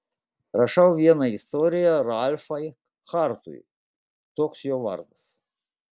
rašau vieną istoriją ralfai hartui toks jo vardas